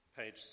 page